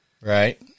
right